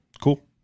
Cool